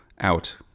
out